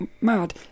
mad